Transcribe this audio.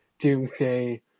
doomsday